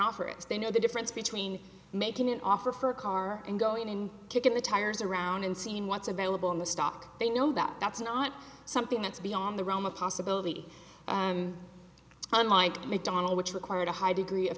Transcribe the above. offer it's they know the difference between making an offer for a car and go in and kicking the tires around and seeing what's available in the stock they know that that's not something that's beyond the realm of possibility an on line mcdonnell which required a high degree of